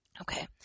Okay